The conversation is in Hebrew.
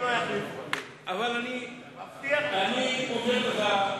אני מבטיח לך